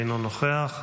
אינו נוכח,